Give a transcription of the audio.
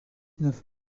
neuf